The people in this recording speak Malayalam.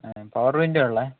പവർ വിൻഡോ ഉള്ളത്